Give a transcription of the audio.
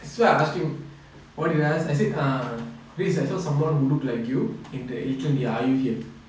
so I ask him why did I ask I say err ridz I saw someone who look like you in the little india are you here